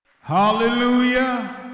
Hallelujah